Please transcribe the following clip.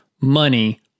money